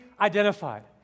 identified